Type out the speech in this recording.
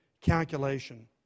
calculation